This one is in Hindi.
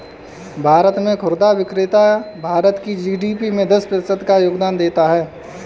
भारत में खुदरा बिक्री भारत के जी.डी.पी में दस प्रतिशत का योगदान देता है